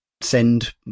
send